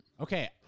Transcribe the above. Okay